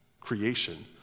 creation